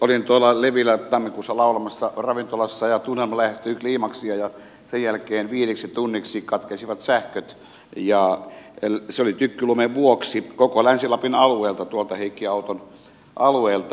olin tuolla levillä tammikuussa laulamassa ravintolassa tunnelma lähestyi kliimaksia ja sen jälkeen viideksi tunniksi katkesivat sähköt tykkylumen vuoksi koko länsi lapin alueelta tuolta heikki auton alueelta